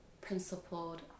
principled